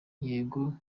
yego